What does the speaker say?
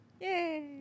Yay